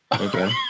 Okay